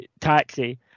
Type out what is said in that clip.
taxi